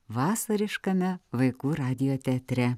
vasariškame vaikų radijo teatre